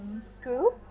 screw